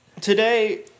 today